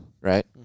right